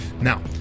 Now